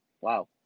Wow